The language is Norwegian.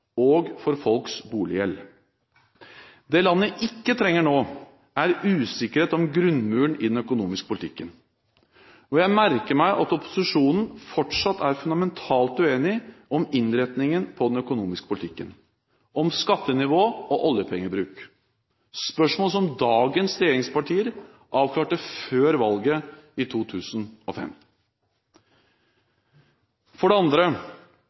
og for folks boliggjeld. Det landet ikke trenger nå, er usikkerhet om grunnmuren i den økonomiske politikken. Jeg merker meg at opposisjonen fortsatt er fundamentalt uenig om innretningen på den økonomiske politikken, om skattenivå og oljepengebruk – spørsmål som dagens regjeringspartier avklarte før valget i 2005. For det andre: